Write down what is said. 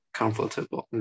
comfortable